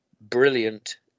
brilliant